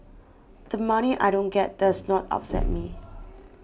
the money I don't get does not upset me